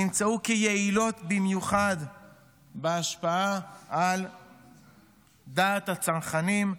נמצאו כיעילות במיוחד בהשפעה על דעת הצרכנים,